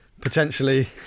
potentially